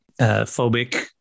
phobic